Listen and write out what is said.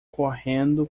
correndo